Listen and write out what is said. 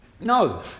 No